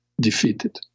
defeated